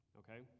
okay